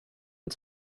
und